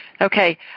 Okay